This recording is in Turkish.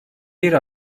bir